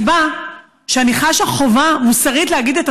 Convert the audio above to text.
הסיבה שאני חשה חובה מוסרית להגיד את